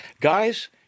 Guys